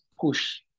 push